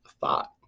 thought